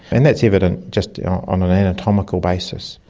and that is evident just on an anatomical basis.